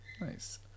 nice